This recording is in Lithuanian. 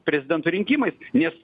prezidento rinkimais nes